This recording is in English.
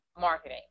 marketing